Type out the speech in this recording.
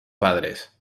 padres